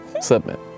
Submit